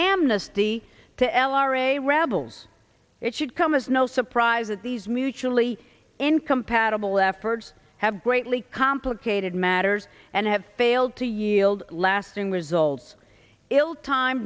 amnesty to l r a rebels it should come as no surprise that these mutually incompatible efforts have greatly complicated matters and have failed to yield lasting results ill time